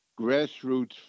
grassroots